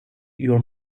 your